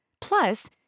Plus